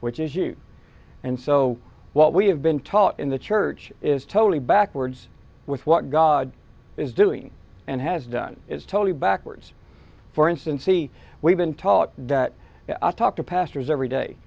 which is you and so what we have been taught in the church is totally backwards with what god is doing and has done is totally backwards for instance see we've been taught that i talk to pastors every day